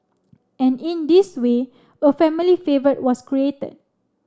and in this way a family favourite was created